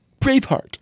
braveheart